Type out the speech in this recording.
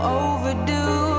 overdue